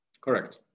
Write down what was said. Correct